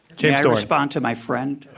james respond to my friend?